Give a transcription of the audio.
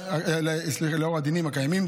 לאור הדינים הקיימים,